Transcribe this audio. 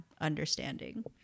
understanding